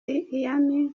ian